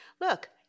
look